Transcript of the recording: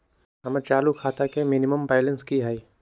हमर चालू खाता के मिनिमम बैलेंस कि हई?